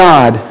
God